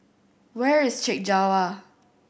where is Chek Jawa